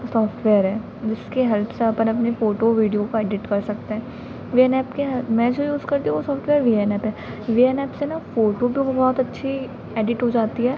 software है जिसकी help से अपन अपनी फ़ोटो वीडियो को एडिट कर सकते हैं वी एन ऐप की मैं जो यूज़ करती हूँ वह सॉफ़्टवेयर वी एन एप है वी एन एप से न फ़ोटू ओटू वह बहुत अच्छी एडिट हो जाती है